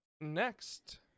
Next